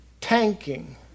tanking